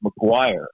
McGuire